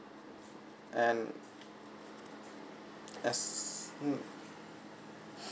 and as